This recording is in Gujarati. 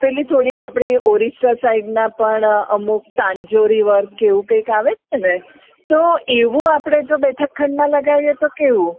પેલી થોડીક આપણે ઓરિસ્સા સાઈડના પણ અમુક પાંજોરીવર્ક કે એવું કંઈક આવે છે ને તો એવું આપણે જો બેઠક ખંડમાં લગાવીએ તો કેવું